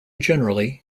generally